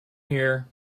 here